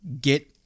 get